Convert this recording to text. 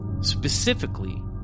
Specifically